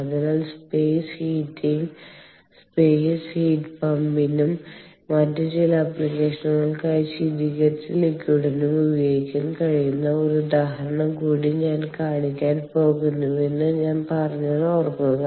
അതിനാൽ സ്പേസ് ഹീറ്റിംഗിനായി space heat പമ്പിനും മറ്റ് ചില ആപ്ലിക്കേഷനുകൾക്കായി ശീതീകരിച്ച ലിക്വിഡിനും ഉപയോഗിക്കാൻ കഴിയുന്ന ഒരു ഉദാഹരണം കൂടി ഞാൻ കാണിക്കാൻ പോകുന്നുവെന്ന് ഞാൻ പറഞ്ഞത് ഓർക്കുക